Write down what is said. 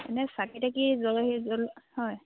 এনেই চাকি তাকি জ্বলাইহি জল হয়